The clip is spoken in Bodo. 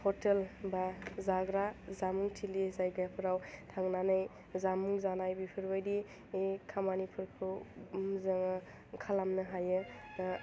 ह'टेल बा जाग्रा जामुंथिलि जायगाफ्राव थांनानै जामुं जानाय बेफोरबायदि खामानिफोरखौ जोङो खालामनो हायो